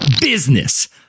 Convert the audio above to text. Business